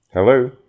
Hello